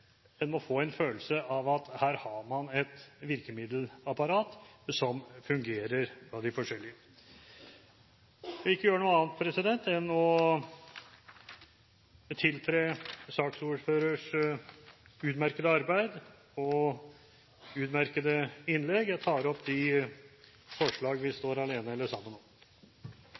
en må få en følelse av at her har man et virkemiddelapparat som fungerer for de forskjellige. Jeg vil ikke gjøre noe annet enn å tiltre saksordførerens utmerkede arbeid og utmerkede innlegg.